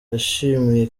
yashimiye